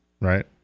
right